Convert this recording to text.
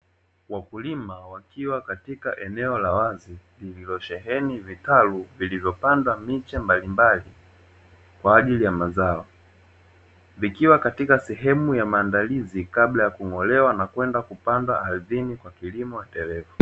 Wakulima wakiwa katika eneo la wazi lililosheheni vitalu vilivopandwa miche mbalimbali kwa ajili ya mazao. Vikiwa katika sehemu ya maandalizi kabla ya kung’olewa na kwenda kupandwa ardhini kwa kilimo endelevu.